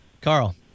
Carl